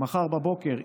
מחר בבוקר,